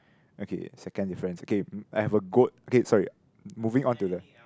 okay second difference okay I have a goat okay sorry ah moving on to the